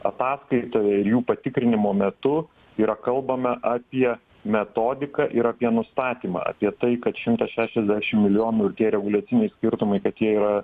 ataskaitoj ir jų patikrinimo metu yra kalbame apie metodiką ir apie nustatymą apie tai kad šimtas šešiasdešim milijonų ir tie reguliaciniai skirtumai kad jie yra